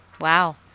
Wow